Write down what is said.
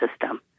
system